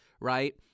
right